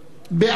בעד,